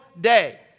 day